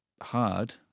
hard